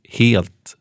helt